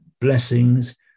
blessings